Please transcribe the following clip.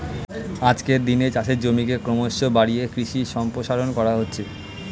আজকের দিনে চাষের জমিকে ক্রমশ বাড়িয়ে কৃষি সম্প্রসারণ করা হচ্ছে